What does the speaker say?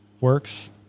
works